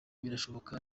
birashoboka